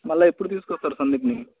మరల ఎప్పుడు తీసుకు వస్తారు సందీప్ని